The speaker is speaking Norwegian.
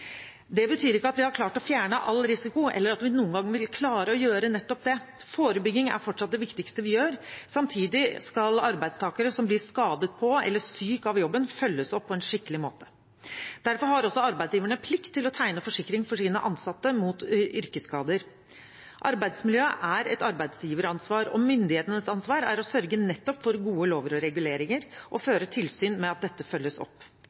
Det betyr ikke at vi har klart å fjerne all risiko, eller at vi noen gang vil klare å gjøre nettopp det. Forebygging er fortsatt det viktigste vi gjør. Samtidig skal arbeidstakere som blir skadet på eller syke av jobben, følges opp på en skikkelig måte. Derfor har også arbeidsgiverne plikt til å tegne forsikring for sine ansatte mot yrkesskader. Arbeidsmiljøet er et arbeidsgiveransvar, og myndighetenes ansvar er å sørge for gode lover og reguleringer og føre tilsyn med at dette følges opp.